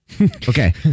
okay